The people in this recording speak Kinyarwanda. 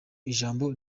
ijambo